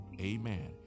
Amen